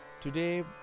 Today